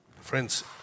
Friends